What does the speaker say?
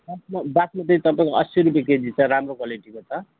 बास्म बासमती तपाईँको असी रुपियाँ केजी छ राम्रो क्वालिटीको छ